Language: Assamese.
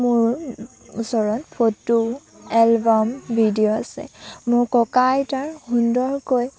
মোৰ ওচৰত ফটো এলবাম ভিডিঅ' আছে মোৰ ককা আইতাৰ সুন্দৰকৈ